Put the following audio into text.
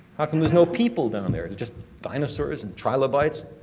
how come there's no people down there? there's just dinosaurs and trilobites.